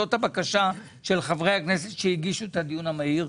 זאת הבקשה של חברי הכנסת שהגישו את הדיון המהיר.